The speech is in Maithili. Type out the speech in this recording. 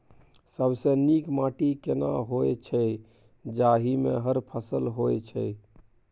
सबसे नीक माटी केना होय छै, जाहि मे हर फसल होय छै?